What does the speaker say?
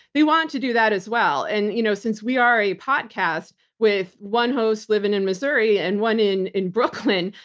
they want to do that as well. and you know since we are a podcast with one host living in missouri and one in in brooklyn,